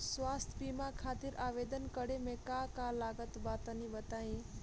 स्वास्थ्य बीमा खातिर आवेदन करे मे का का लागत बा तनि बताई?